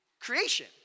Creation